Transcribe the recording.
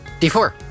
d4